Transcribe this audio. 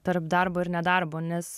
tarp darbo ir nedarbo nes